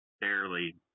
barely